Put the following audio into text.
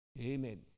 Amen